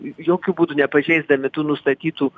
jokiu būdu nepažeisdami tų nustatytų